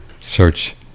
search